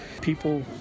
People